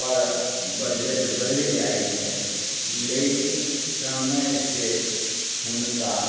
पर budget बढ़ि जाइत छै लेकिन समय से हुनका